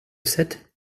sept